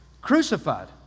crucified